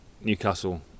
Newcastle